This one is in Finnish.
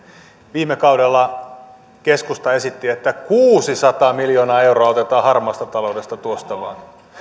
viime kaudella keskusta esitti että kuusisataa miljoonaa euroa otetaan harmaasta taloudesta tuosta vain